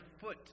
foot